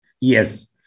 Yes